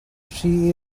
she